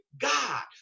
God